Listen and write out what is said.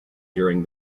during